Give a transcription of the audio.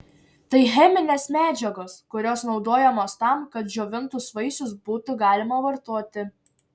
tai cheminės medžiagos kurios naudojamos tam kad džiovintus vaisius būtų galima vartoti